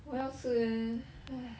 我要吃 eh !hais!